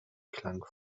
klang